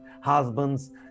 husbands